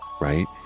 right